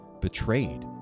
betrayed